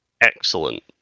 Excellent